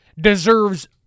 deserves